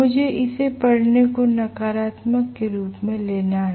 मुझे इस पढ़ने को नकारात्मक के रूप में लेना है